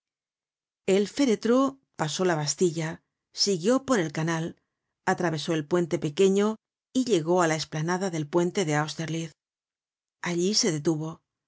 el féretro pasó la bastilla siguió por el canal atravesó el puente pequeño y llegó á la esplanada del puente de austerlitz allí se detuvo